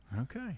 Okay